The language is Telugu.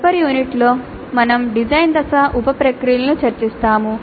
తదుపరి యూనిట్లో మేము డిజైన్ దశ ఉప ప్రక్రియలను చర్చిస్తాము